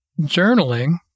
journaling